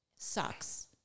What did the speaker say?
Sucks